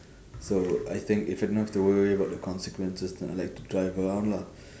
so I think if I don't have to worry about the consequences then I'd like to drive around lah